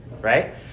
right